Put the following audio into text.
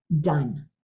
done